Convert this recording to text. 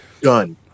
done